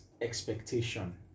expectation